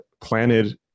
planted